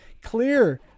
clear